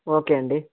okay అండి